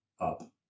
up